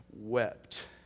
wept